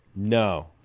No